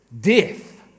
death